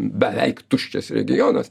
beveik tuščias regionas